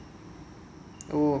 oh okay